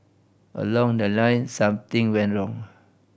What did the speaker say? along the line something went wrong